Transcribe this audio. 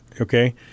okay